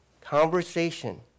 conversation